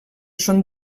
són